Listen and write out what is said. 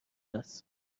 است